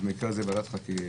ועדה זו ואחרות,